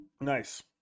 Nice